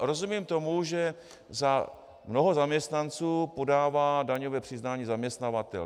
Rozumím tomu, že za mnoho zaměstnanců podává daňové přiznání zaměstnavatel.